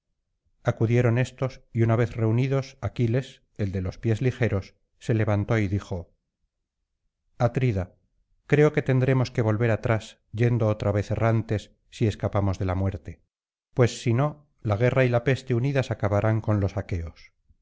acudieron éstos y una vez reunidos aquiles el de los pies ligeros se levantó y dijo atrida creo que tendremos que volver atrás yendo otra vez errante si escapamos de la muerte pues si no la guerra y la peste unidas acabarán con los aqueos